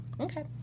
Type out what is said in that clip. Okay